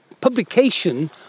publication